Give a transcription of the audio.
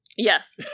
Yes